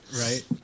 Right